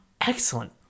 Excellent